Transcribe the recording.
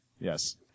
Yes